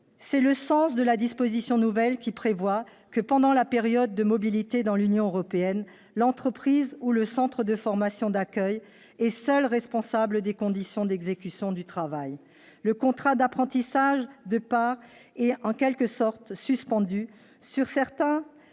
C'est le sens de la disposition nouvelle, qui prévoit que, pendant la période de mobilité dans l'Union européenne, l'entreprise ou le centre de formation d'accueil sont seuls responsables des conditions d'exécution du travail. Le contrat d'apprentissage de départ est en quelque sorte suspendu sur certains